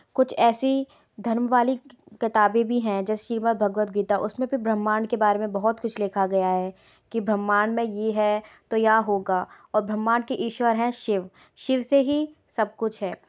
कुछ ऐसी धर्म वाली किताबें भी हैं जैसे श्रीमद्भगवत गीता उसमें फिर ब्रह्मांड के बारे में बहुत कुछ लिखा गया है कि ब्रह्मांड में ये है तो यह होगा और ब्रह्मांड की ईश्वर हैं शिव शिव से ही सब कुछ है